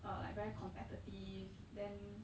uh like very competitive then